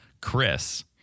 Chris